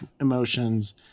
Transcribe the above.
emotions